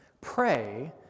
Pray